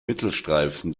mittelstreifen